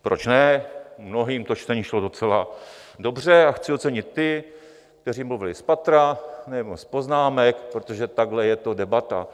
Proč ne, mnohým to čtení šlo docela dobře a chci ocenit ty, kteří mluvili spatra, nejenom z poznámek, protože takhle je to debata.